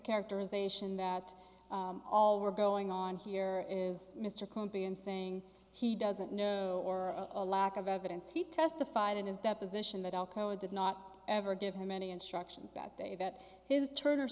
characterization that all were going on here is mr campian saying he doesn't know or a lack of evidence he testified in his deposition that alcoa did not ever give him any instructions that day that his turner